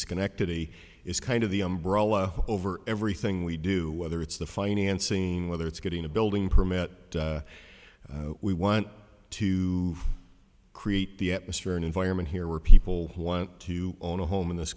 schenectady is kind of the umbrella over everything we do whether it's the financing whether it's getting a building permit we want to create the atmosphere an environment here where people want to own a home in this